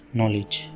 Knowledge